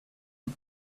und